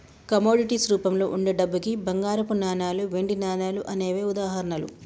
commodities రూపంలో వుండే డబ్బుకి బంగారపు నాణాలు, వెండి నాణాలు అనేవే ఉదాహరణలు